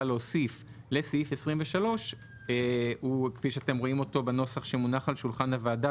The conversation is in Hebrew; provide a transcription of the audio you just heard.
להוסיף לסעיף 23 הוא כפי שאתם רואים אותו בנוסח שמונח על שולחן הוועדה,